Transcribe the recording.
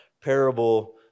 parable